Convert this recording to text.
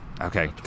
Okay